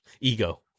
Ego